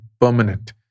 permanent